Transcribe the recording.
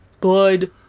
blood